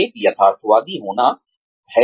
एक यथार्थवादी होना है